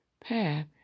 path